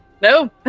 No